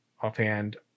offhand